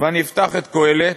ואני אפתח את קהלת,